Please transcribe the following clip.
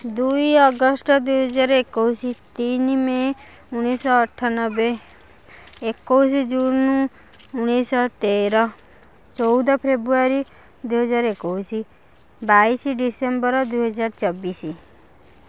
ଦୁଇ ଅଗଷ୍ଟ ଦୁଇ ହଜାର ଏକୋଇଶ ତିନି ମେ ଉଣେଇଶହ ଅଠାନବେ ଏକୋଇଶ ଜୁନ ଉଣେଇଶହ ତେର ଚଉଦ ଫେବୃଆରୀ ଦୁଇ ହଜାର ଏକୋଇଶ ବାଇଶ ଡିସେମ୍ବର ଦୁଇ ହଜାର ଚବିଶ